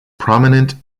prominent